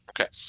Okay